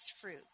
fruit